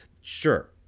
Sure